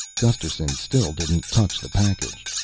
gusterson still didn't touch the package.